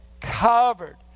covered